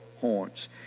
horns